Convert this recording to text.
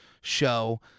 show